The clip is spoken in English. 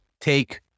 take